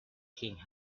king